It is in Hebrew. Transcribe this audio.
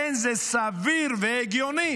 אין זה סביר והגיוני